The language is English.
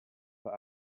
but